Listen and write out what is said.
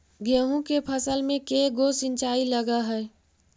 गेहूं के फसल मे के गो सिंचाई लग हय?